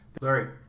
Larry